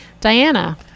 Diana